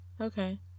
okay